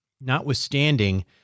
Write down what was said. notwithstanding